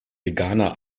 veganer